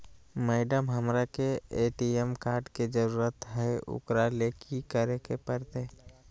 Madam, हमरा के ATM card के जरूरत है ऊकरा ले की की करे परते?